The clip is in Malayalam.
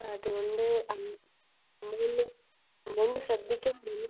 ആതുകൊണ്ട് അം അമ്മയൊന്ന് അമ്മയൊന്ന് ശ്രദ്ധിയ്ക്കാ